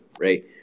Right